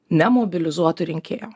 nemobilizuotų rinkėjo